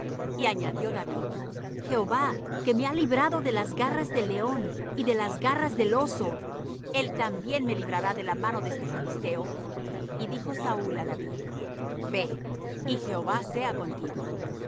y añadió david jehová que me ha librado de las garras del león y de las garras del oso él también me librará de la mano de este filisteo y dijo saúl á david ve y jehová sea contigo